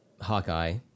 Hawkeye